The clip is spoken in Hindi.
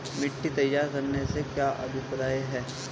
मिट्टी तैयार करने से क्या अभिप्राय है?